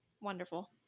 Wonderful